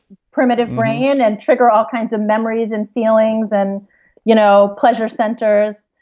primitive brain and trigger all kinds of memories and feelings and you know pleasure centers.